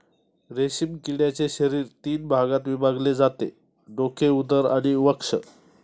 रेशीम किड्याचे शरीर तीन भागात विभागले जाते डोके, उदर आणि वक्ष